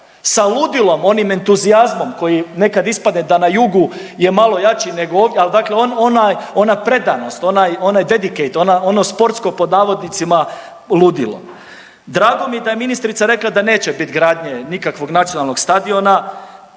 sa ludilom, onim entuzijazmom koji nekad ispadne da na jugu je malo jači nego ovdje, ali dakle ona predanost onaj dedicate ono „sportsko ludilo“. Drago mi je da je ministrica rekla da neće bit gradnje nikakvog nacionalnog stadiona.